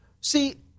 See